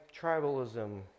tribalism